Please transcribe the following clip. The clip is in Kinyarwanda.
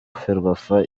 ferwafa